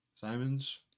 Simons